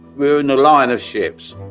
we're in the line of ships.